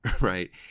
right